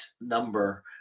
number